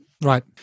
right